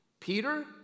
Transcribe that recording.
Peter